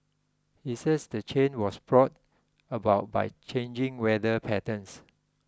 he said the change was brought about by changing weather patterns